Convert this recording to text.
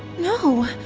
no!